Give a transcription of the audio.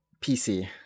PC